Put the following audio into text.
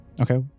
Okay